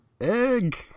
Egg